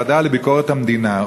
בוועדה לביקורת המדינה,